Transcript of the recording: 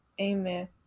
Amen